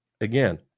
Again